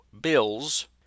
Bills